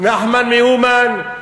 נחמן מאומן.